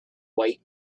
white